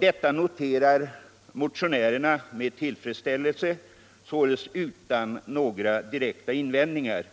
Detta noterar motionärerna utan några direkta invändningar.